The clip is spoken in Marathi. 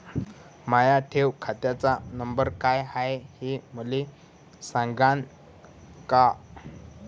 माया ठेव खात्याचा नंबर काय हाय हे मले सांगान का?